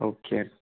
okay